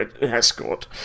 escort